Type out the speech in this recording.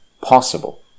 possible